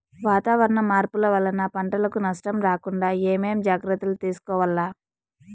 వాతావరణ మార్పులు వలన పంటలకు నష్టం రాకుండా ఏమేం జాగ్రత్తలు తీసుకోవల్ల?